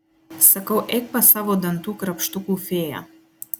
sakau eik pas savo dantų krapštukų fėją